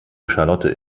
charlotte